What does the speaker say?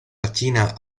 latina